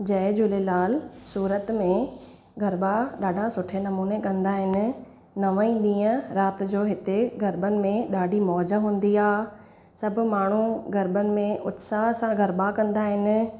जय झूलेलाल सूरत में गरबा ॾाढा सुठे नमूने कंदा आहिनि नव ई ॾींहं राति जो हिते गरबनि में ॾाढी मौज़ हूंदी आहे सभु माण्हू गरबनि में उत्साह सां गरबा कंदा आहिनि